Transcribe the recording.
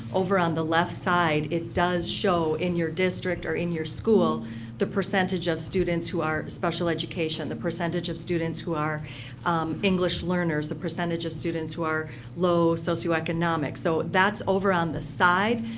over on the left side it does show in your district or in your school the percentage of students who are special education, the percentage of students who are english learners, the percentage of students who are low socioeconomic. so that's over on the side,